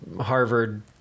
Harvard